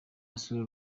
asura